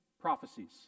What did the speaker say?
prophecies